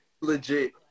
Legit